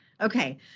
Okay